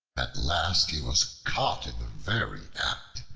at last he was caught in the very act,